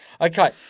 Okay